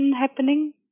happening